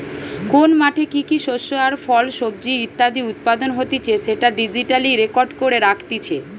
কোন মাঠে কি কি শস্য আর ফল, সবজি ইত্যাদি উৎপাদন হতিছে সেটা ডিজিটালি রেকর্ড করে রাখতিছে